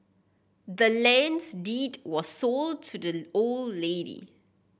the land's deed was sold to the old lady